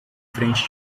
frente